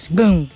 Boom